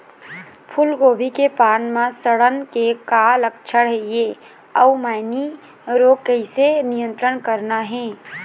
फूलगोभी के पान म सड़न के का लक्षण ये अऊ मैनी रोग के किसे नियंत्रण करना ये?